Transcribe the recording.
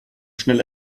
schnell